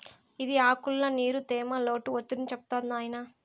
ఇది ఆకుల్ల నీరు, తేమ, లోటు ఒత్తిడిని చెప్తాది నాయినా